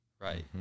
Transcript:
right